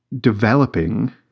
developing